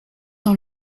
dans